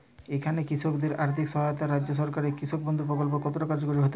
এখানে কৃষকদের আর্থিক সহায়তায় রাজ্য সরকারের কৃষক বন্ধু প্রক্ল্প কতটা কার্যকরী হতে পারে?